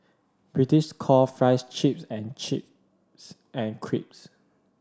British call fries chips and chips